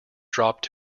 dropped